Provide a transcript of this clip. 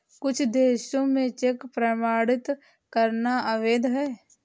कुछ देशों में चेक प्रमाणित करना अवैध है